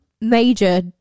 major